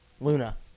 Luna